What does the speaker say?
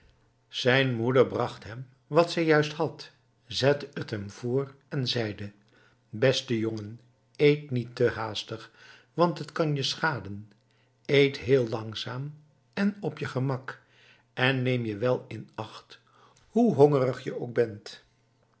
zijn moeder bracht hem wat zij juist had zette t hem voor en zeide beste jongen eet niet te haastig want het kan je schaden eet heel langzaam en op je gemak en neem je wel in acht hoe hongerig je ook bent